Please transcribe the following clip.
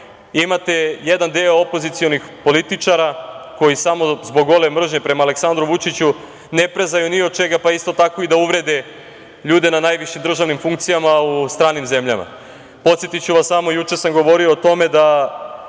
imate jedan deo opozicionih političara koji samo zbog gole mržnje prema Aleksandru Vučiću ne prezaju ni od čega, pa isto tako i da uvrede ljude na najvišim državnim funkcijama u stranim zemljama. Podsetiću vas samo, juče sam govorio o tome da